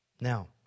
Now